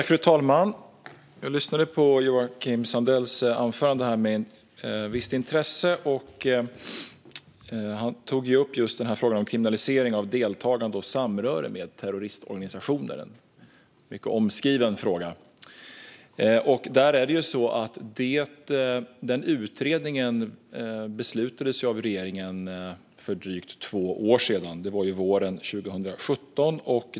Fru talman! Jag lyssnade på Joakim Sandells anförande med visst intresse. Han tog upp frågan om kriminalisering av deltagande i och samröre med terroristorganisationer, vilket är en mycket omskriven fråga. Regeringen beslutade om denna utredning för drygt två år sedan - det var våren 2017.